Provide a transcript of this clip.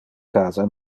casa